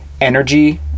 energy